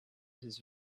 his